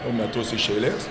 du metus iš eilės